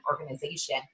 organization